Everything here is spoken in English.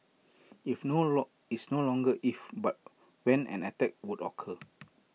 if no long it's no longer if but when an attack would occur